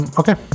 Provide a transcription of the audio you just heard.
okay